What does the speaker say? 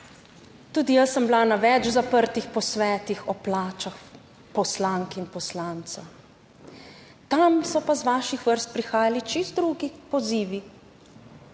tudi jaz sem bila na več zaprtih posvetih o plačah poslank in poslancev. Tam so pa iz vaših vrst prihajali čisto drugi pozivi.